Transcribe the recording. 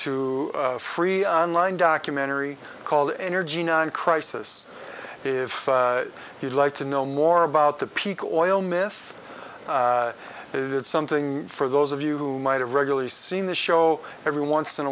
to free on line documentary called energy crisis if you'd like to know more about the peak oil myth it's something for those of you who might have regularly seen the show every once in